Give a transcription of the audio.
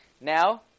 Now